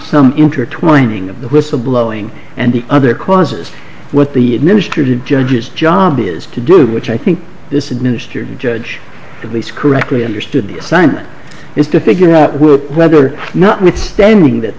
some intertwining of the whistle blowing and the other causes what the administrative judge's job is to do which i think this administered judge at least correctly understood the assignment is to figure out whether or not withstanding that